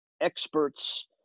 experts